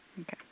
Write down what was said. Okay